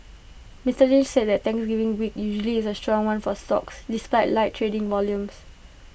Mister Lynch said the Thanksgiving week usually is A strong one for stocks despite light trading volumes